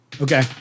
Okay